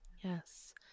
yes